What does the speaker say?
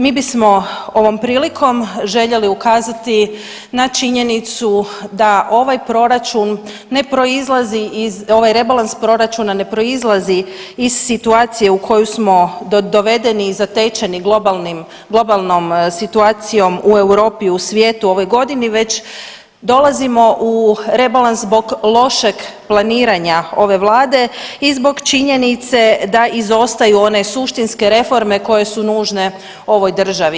Mi bismo ovom prilikom željeli ukazati na činjenicu da ovaj proračun ne proizlazi iz, ovaj rebalans proračuna ne proizlazi iz situacije u koju smo dovedeni i zatečeni globalnom situacijom u Europi u svijetu ovoj godini već dolazimo u rebalans zbog lošeg planiranja ove Vlade i zbog činjenica da izostaju one suštinske reforme koje su nužne ovoj državi.